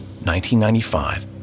1995